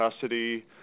custody